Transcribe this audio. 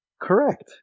correct